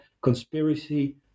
conspiracy